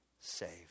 saved